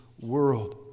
world